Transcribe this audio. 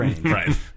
Right